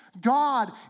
God